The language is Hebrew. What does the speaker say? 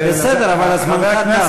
בסדר, אבל זמנך תם.